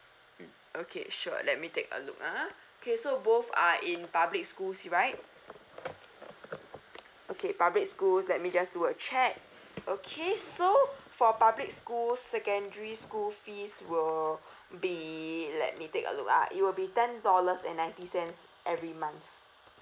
hmm okay sure let me take a look ah okay so both are in public schools right okay public schools let me just do a check okay so for public schools secondary school fees will be let me take a look ah it will be ten dollars and ninety cents every month